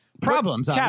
problems